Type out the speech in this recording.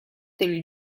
del